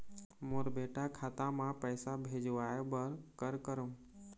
मोर बेटा खाता मा पैसा भेजवाए बर कर करों?